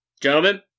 Gentlemen